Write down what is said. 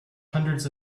hundreds